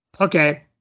Okay